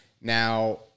now